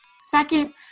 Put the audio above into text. Second